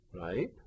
right